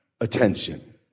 attention